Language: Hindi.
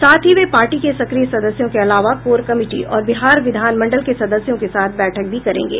साथ ही वे पार्टी के सक्रिय सदस्यों के अलावा कोर कमिटी और बिहार विधानमंडल के सदस्यों के साथ बैठक भी करेंगे